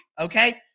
okay